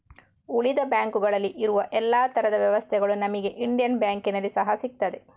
ಉಳಿದ ಬ್ಯಾಂಕುಗಳಲ್ಲಿ ಇರುವ ಎಲ್ಲಾ ತರದ ವ್ಯವಸ್ಥೆಗಳು ನಮಿಗೆ ಇಂಡಿಯನ್ ಬ್ಯಾಂಕಿನಲ್ಲಿ ಸಹಾ ಸಿಗ್ತದೆ